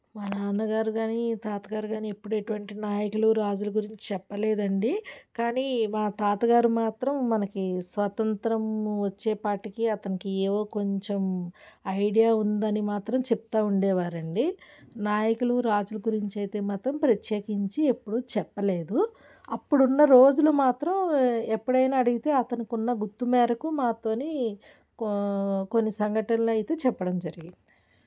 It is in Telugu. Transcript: మా నాన్నగారు గానీ తాతగారు గానీ ఎప్పుడు ఎటువంటి నాయకులు రాజుల గురించి చెప్పలేదండి కానీ మా తాతగారు మాత్రం మనకి స్వాతంత్రం వచ్చేపాటికి అతనికి ఏవో కొంచెం ఐడియా ఉందని మాత్రం చెప్తా ఉండేవారండి నాయకులు రాజుల గురించి అయితే మాత్రం ప్రత్యేకించి ఎప్పుడు చెప్పలేదు అప్పుడున్న రోజులు మాత్రం ఎప్పుడైనా అడిగితే అతనుకున్న గుర్తు మేరకు మాతోని కొన్ని సంఘటనలు అయితే చెప్పడం జరిగింది